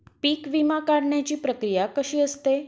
पीक विमा काढण्याची प्रक्रिया कशी असते?